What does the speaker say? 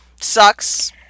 sucks